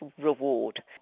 reward